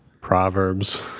Proverbs